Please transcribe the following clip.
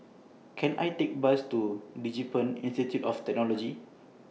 Can I Take Bus to Digipen Institute of Technology